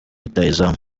rutahizamu